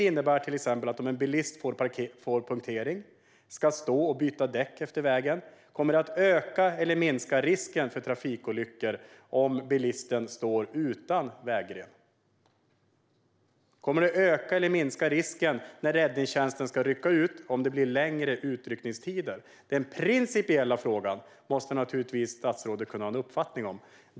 Innebär det att risken för trafikolyckor ökar eller minskar om en bilist står på en väg utan vägren när han eller hon exempelvis får punktering och måste byta däck vid vägen? Kommer risken att öka eller minska när räddningstjänsten ska rycka ut om utryckningstiderna blir längre? Den principiella frågan måste statsrådet naturligtvis kunna ha en uppfattning om.